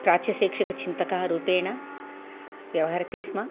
प्राच्यशैक्षकचिन्तकाः रूपेण व्यवहरतिस्म